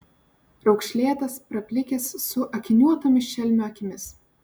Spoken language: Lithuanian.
raukšlėtas praplikęs su akiniuotomis šelmio akimis